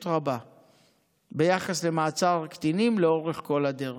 רבה ביחס למעצר קטינים לאורך כל הדרך.